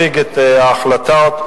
אחת,